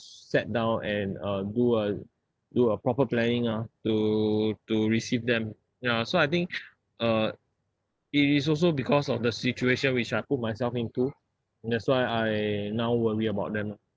sat down and uh do a do a proper planning ah to to receive them ya so I think uh it is also because of the situation which I put myself into that's why I now worry about them lah